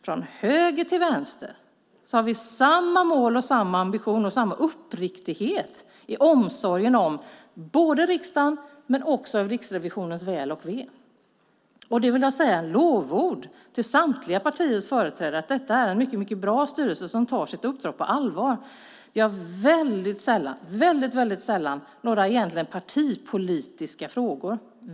Från höger till vänster har vi samma mål, samma ambition och samma uppriktighet i omsorgen både om riksdagen och om Riksrevisionens väl och ve. Jag vill säga lovord till samtliga partiers företrädare: Detta är en mycket bra styrelse som tar sitt uppdrag på allvar. Det är väldigt sällan några partipolitiska frågor.